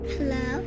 Hello